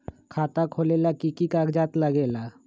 खाता खोलेला कि कि कागज़ात लगेला?